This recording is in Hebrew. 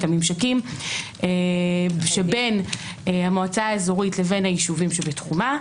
את הממשקים שבין המועצה האזורית לבין היישובים שבתחומה.